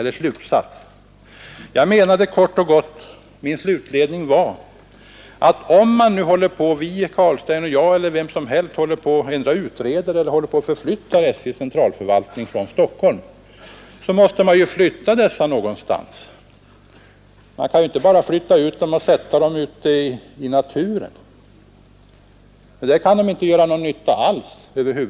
Min slutledning var kort och gott att om man nu håller på att endera utreda om förflyttning eller att förflytta SJ:s centralförvaltning från Stockholm, då måste man flytta dessa människor någonstans. Man kan inte bara flytta ut dem i naturen; där kan de inte göra någon nytta alls.